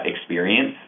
experience